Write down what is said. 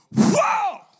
whoa